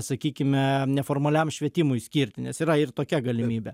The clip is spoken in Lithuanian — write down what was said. sakykime neformaliam švietimui skirti nes yra ir tokia galimybė